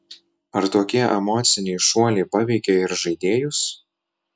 ar tokie emociniai šuoliai paveikia ir žaidėjus